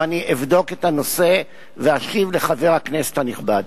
ואני אבדוק את הנושא ואשיב לחבר הכנסת הנכבד.